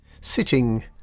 Sitting